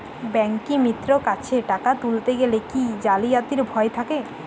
ব্যাঙ্কিমিত্র কাছে টাকা তুলতে গেলে কি জালিয়াতির ভয় থাকে?